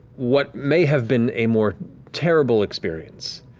what may have been a more terrible experience.